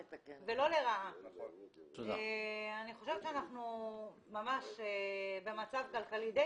אני חושבת שאנחנו ממש במצב כלכלי קשה.